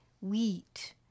wheat